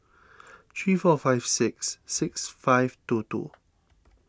three four five six six five two two